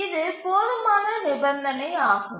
இது போதுமான நிபந்தனையாகும்